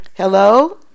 Hello